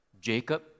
Jacob